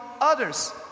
others